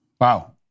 Wow